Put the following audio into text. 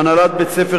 הנהלת בית-ספר